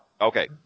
Okay